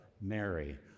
mary